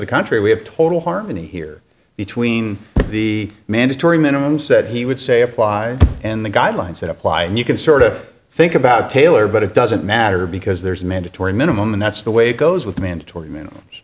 the country we have total harmony here between the mandatory minimum said he would say apply and the guidelines that apply and you can sort of think about taylor but it doesn't matter because there's a mandatory minimum and that's the way it goes with the mandatory min